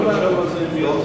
הלוואי.